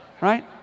Right